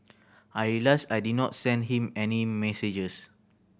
I realised I did not send him any messages